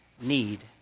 need